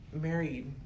married